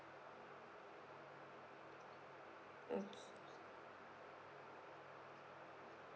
okay